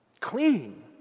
clean